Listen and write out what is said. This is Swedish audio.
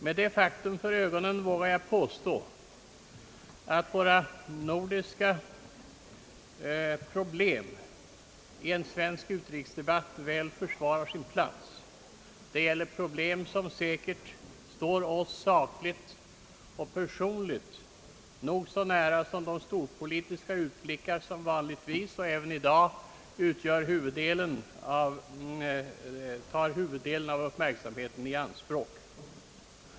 Med detta faktum för ögonen vågar jag påstå att våra nordiska problem väl försvarar sin plats i en svensk utrikesdebatt. Det gäller problem som sakligt och personligt säkert berör oss nog så nära som de storpolitiska problem och utblickar vilka vanligtvis och även i dag tar huvuddelen av uppmärksamheten i anspråk.